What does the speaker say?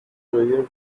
treasure